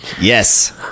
Yes